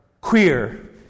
queer